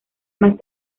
más